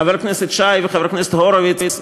חבר הכנסת שי וחבר הכנסת הורוביץ,